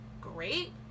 great